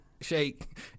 shake